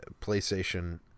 PlayStation